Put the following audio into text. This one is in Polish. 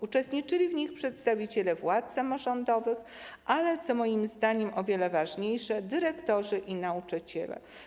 Uczestniczyli w nich przedstawiciele władz samorządowych oraz, co moim zdaniem o wiele ważniejsze, dyrektorzy i nauczyciele.